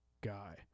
guy